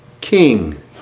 King